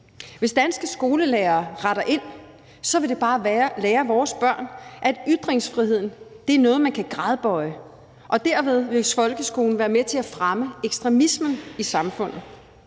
Hvis danske skolelærere retter ind, vil det bare lære vores børn, at ytringsfriheden er noget, man kan gradbøje, og derved vil folkeskolen være med til at fremme ekstremismen i samfundet.